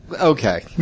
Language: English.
Okay